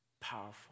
powerful